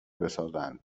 بسازند